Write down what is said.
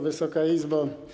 Wysoka Izbo!